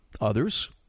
Others